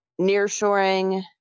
nearshoring